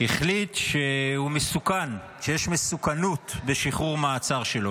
החליט שהוא מסוכן, שיש מסוכנות בשחרור שלו.